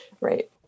Right